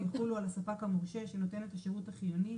"יחולו על הספק המורשה שנותן את השירות החיוני,